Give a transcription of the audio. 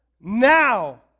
now